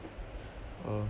uh